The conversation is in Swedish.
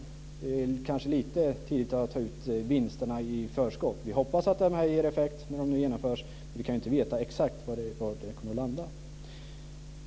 Det är kanske lite tidigt att ta ut vinsterna i förskott. Vi hoppas att detta ger effekt om det genomförs, men vi kan ju inte veta exakt var det kommer att landa.